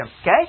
okay